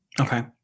Okay